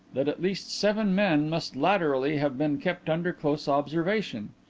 that at least seven men must latterly have been kept under close observation.